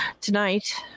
tonight